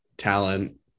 talent